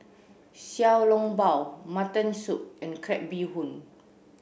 Xiao Long Bao mutton soup and crab bee hoon